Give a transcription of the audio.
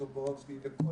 זה לא